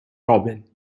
robin